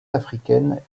africaines